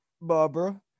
Barbara